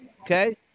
Okay